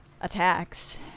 attacks